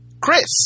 Chris